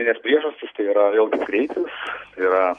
nes priežastys tai yra vėlgi greitis tai yra